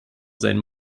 sein